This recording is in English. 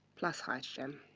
plus hydrogen.